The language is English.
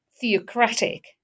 theocratic